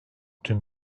tüm